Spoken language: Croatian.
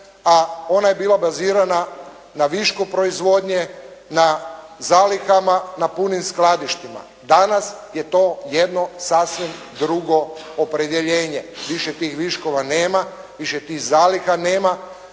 a ona je bila bazirana na višku proizvodnje, na zalihama, na punim skladištima. Danas je to jedno sasvim drugo opredjeljenje. Više tih viškova nema, više tih zaliha nema,